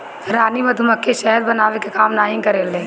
रानी मधुमक्खी शहद बनावे के काम नाही करेले